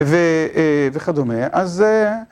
וכדומה, אז...